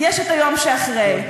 יש היום שאחרי.